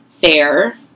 fair